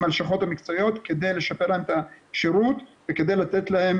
הלשכות המקצועיות כדי לשפר להם את השירות וכדי לתת להם